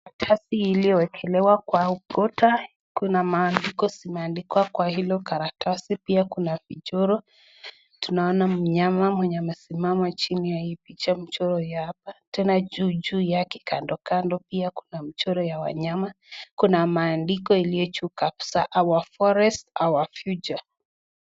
Karatasi iliyowekelewa kwa ukuta kuna maandiko zimeandikwa kwa hilo karatasi. Pia kuna vijoro. Tunaona mnyama mwenye amesimama chini ya hii picha mchoro ya hapa. Tena juu juu yake kando kando pia kuna mchoro ya wanyama. Kuna maandiko iliyochu kabisa Our forest our future .